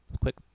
quick